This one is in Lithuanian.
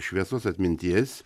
šviesus atminties